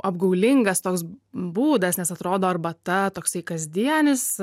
apgaulingas toks būdas nes atrodo arbata toksai kasdienis